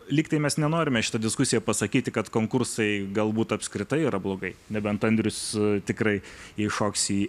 lyg tai mes nenorime šita diskusija pasakyti kad konkursai galbūt apskritai yra blogai nebent andrius tikrai įšoksi